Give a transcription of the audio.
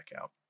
out